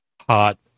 hot